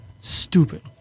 Stupid